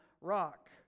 rock